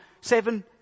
seven